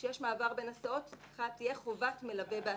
כשיש מעבר בין הסעות תהיה חובת מלווה בהסעה.